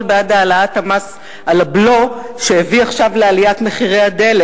בעד העלאת מס הבלו שהביא עכשיו לעליית מחירי הדלק.